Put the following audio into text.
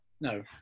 No